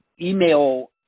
email